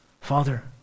Father